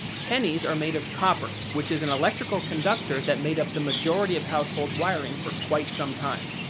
pennies are made of copper, which is an electrical conductor that made up the majority of household wiring for quite some time.